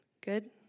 good